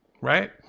Right